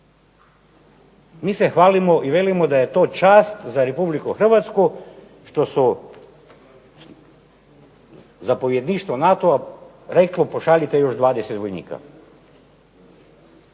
Mi se hvalimo i velimo da je to čast za RH što su zapovjedništvo NATO-a reklo pošaljite još 20 vojnika.